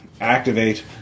Activate